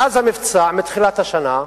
מאז המבצע, מתחילת השנה,